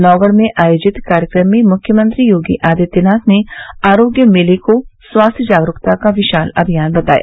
नौगढ़ में आयोजित कार्यक्रम में मुख्यमंत्री योगी आदित्यनाथ ने आरोग्य मेले को स्वास्थ्य जागरूकता का विशाल अभियान बताया